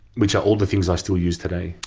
which are all the things i still use today.